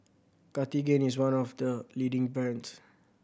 Cartigain is one of the leading brands